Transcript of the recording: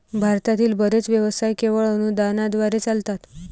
भारतातील बरेच व्यवसाय केवळ अनुदानाद्वारे चालतात